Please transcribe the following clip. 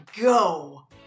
go